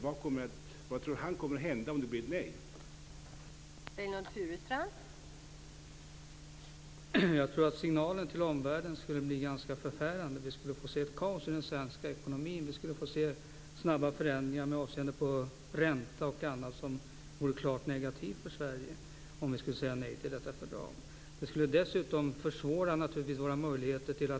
Vad kommer att hända om det blir ett nej?